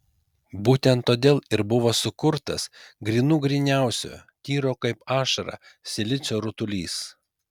būtent todėl ir buvo sukurtas grynų gryniausio tyro kaip ašara silicio rutulys